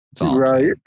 Right